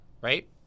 right